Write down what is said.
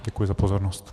Děkuji za pozornost.